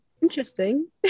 Interesting